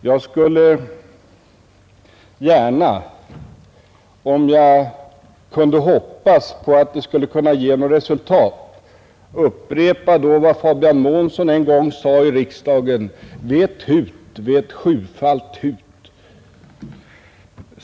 Jag skulle gärna, om jag kunde hoppas på att det skulle ge något resultat, vilja upprepa vad Fabian Månsson en gång sade i riksdagen: ”Vet hut, vet sjufalt hut!